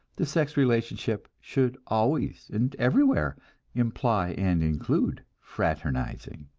the sex relationship should always and everywhere imply and include fraternizing.